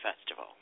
Festival